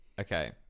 Okay